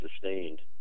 sustained